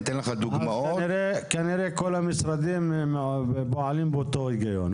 אתן לך דוגמאות --- אז כנראה כל המשרדים פועלים באותו היגיון.